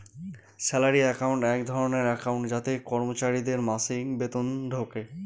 salary account এক ধরনের account যাতে কর্মচারীদের মাসিক বেতন ঢোকে